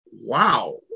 wow